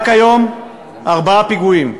רק היום ארבעה פיגועים,